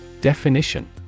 Definition